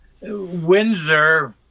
Windsor